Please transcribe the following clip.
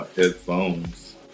headphones